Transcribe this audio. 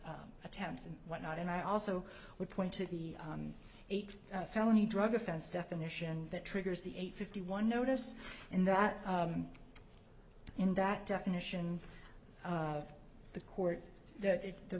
t attempts and what not and i also would point to the eight felony drug offense definition that triggers the eight fifty one notice in that in that definition of the court that the